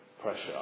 pressure